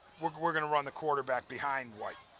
word and run the quarterback behind one